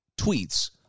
tweets